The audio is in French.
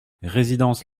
résidence